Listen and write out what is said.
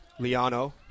Liano